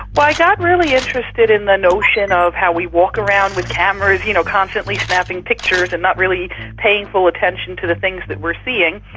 well, i got really interested in the notion of how we walk around with cameras you know constantly snapping pictures and not really paying full attention to the things that we're seeing.